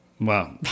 Wow